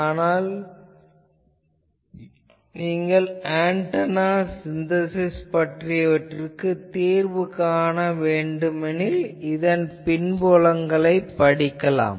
ஆனால் நீங்கள் antenna synthesis பற்றியவற்றிற்கு தீர்வு காண வேண்டுமெனில் இதன் பின்புலங்களைப் படிக்கலாம்